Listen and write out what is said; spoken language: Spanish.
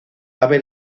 ave